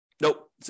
Nope